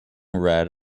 red